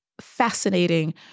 fascinating